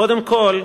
קודם כול,